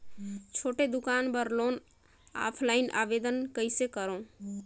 छोटे दुकान बर लोन ऑफलाइन आवेदन कइसे करो?